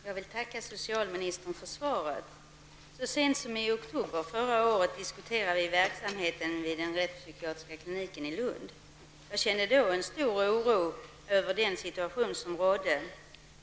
Herr talman! Jag vill tacka socialministern för svaret på min fråga. Så sent som i oktober förra året diskuterade vi verksamheten vid den rättspsykiatriska kliniken i Lund. Jag kände då en stor oro över den situation som rådde,